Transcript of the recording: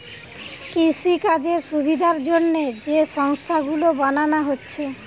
কৃষিকাজের সুবিধার জন্যে যে সংস্থা গুলো বানানা হচ্ছে